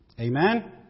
Amen